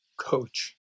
coach